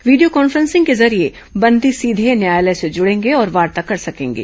video conferencing के जरिये बंदी सीघे न्यायालय से जुड़ेंगे और वार्ता कर सकेंगे